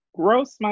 gross